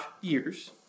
years